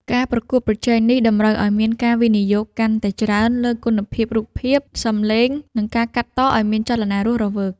ការប្រកួតប្រជែងនេះតម្រូវឱ្យមានការវិនិយោគកាន់តែច្រើនលើគុណភាពរូបភាព សម្លេង និងការកាត់តឱ្យមានចលនារស់រវើក។